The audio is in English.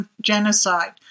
Genocide